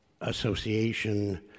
Association